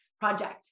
project